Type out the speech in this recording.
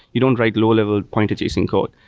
you don't write low-level point adjacent code.